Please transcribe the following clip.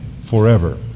forever